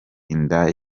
inda